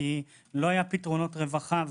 כי לא היו פתרונות רווחה.